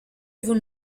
vous